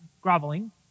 groveling